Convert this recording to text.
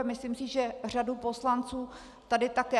Myslím si, že řadu poslanců tady také.